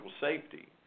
safety